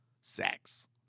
Sex